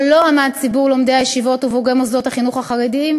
לא עמד ציבור לומדי הישיבות ובוגרי מוסדות החינוך החרדיים